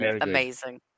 Amazing